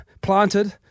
planted